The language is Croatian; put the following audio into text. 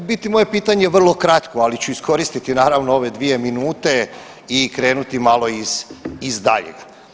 U biti moje pitanje je vrlo kratko, ali ću iskoristiti naravno ove dvije minute i krenuti malo iz, iz daljeg.